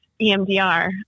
EMDR